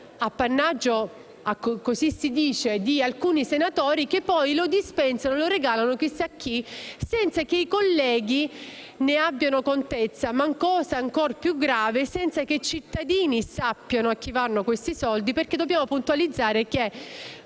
appannaggio ‑ così si dice ‑ di alcuni senatori, somme che poi questi dispensano e regalano a chissà chi, senza che i colleghi ne abbiano contezza, ma, cosa ancor più grave, senza che i cittadini sappiano a chi vanno questi soldi. Dobbiamo infatti puntualizzare che